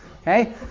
okay